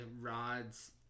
rods